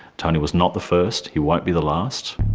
tony was not the first. he won't be the last.